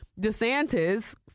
DeSantis